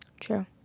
True